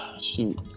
shoot